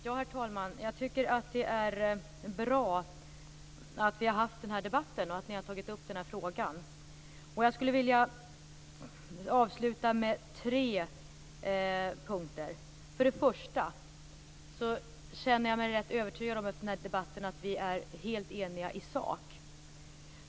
Herr talman! Jag tycker att det är bra att vi har haft den här debatten och att ni har tagit upp den här frågan. Jag skulle vilja avsluta med tre punkter. För det första känner jag mig efter den här debatten rätt övertygad om att vi är helt eniga i sak.